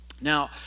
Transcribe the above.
Now